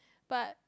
but